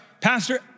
pastor